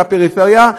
בפריפריה,